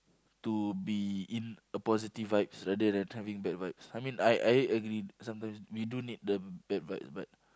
to be in a positive vibes rather than having bad vibes I mean I I agree sometimes we do need the bad vibes but